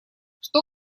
что